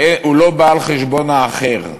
שלא בא על חשבון האחר,